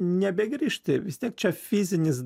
nebegrįž tie vis tiek čia fizinis